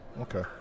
Okay